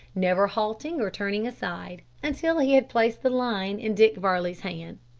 never halting or turning aside until he had placed the line in dick varley's hand.